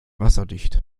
wasserdicht